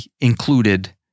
included